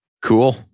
cool